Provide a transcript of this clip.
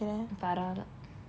பரவாயில்லை:paraavaayillai